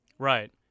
Right